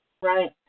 Right